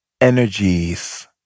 energies